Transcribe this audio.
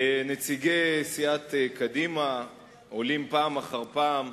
נציגי סיעת קדימה עולים פעם אחר פעם,